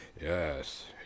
Yes